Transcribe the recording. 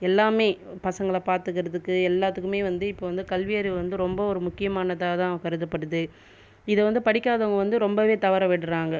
எல்லாமே பசங்களை பார்த்துக்கறதுக்கு எல்லாத்துக்குமே வந்து இப்போ வந்து கல்வியறிவு வந்து ரொம்ப ஒரு முக்கியமானதாக தான் கருதப்படுது இதை வந்து படிக்காதவங்கள் வந்து ரொம்பவே தவற விடுறாங்கள்